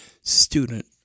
student